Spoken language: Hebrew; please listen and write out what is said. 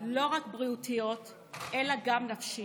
לא רק בריאותיות אלא גם נפשיות.